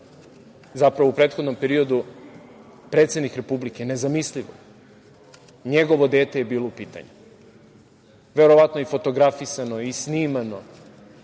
zapravo u prethodnom periodu, predsednik Republike. Nezamislivo. Njegovo dete je bilo u pitanju. Verovatno i fotografisano i snimano